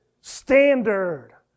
standard